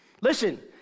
Listen